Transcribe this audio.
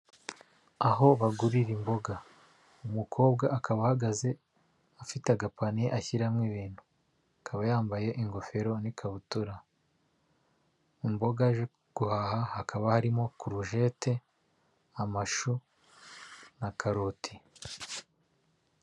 Aho bagurira imboga, umukobwa akaba ahagaze afite agapaniye ashyiramo ibintu, akaba yambaye ingofero n'ikabutura, imbogaje guhaha hakaba harimo korojete, amashu na karoti.